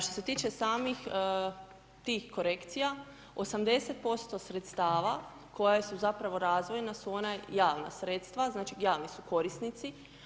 Što se tiče samih tih korekcija, 80% sredstava koja su zapravo razvojna, su ona javna sredstva, znači, javni su korisnici.